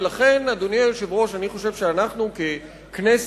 ולכן, אדוני היושב-ראש, אני חושב שאנחנו ככנסת,